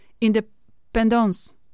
independence